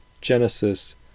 Genesis